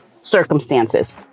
circumstances